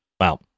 Wow